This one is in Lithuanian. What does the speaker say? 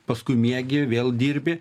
paskui miegi vėl dirbi